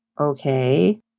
okay